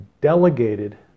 delegated